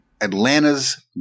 Atlanta's